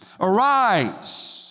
Arise